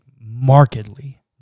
markedly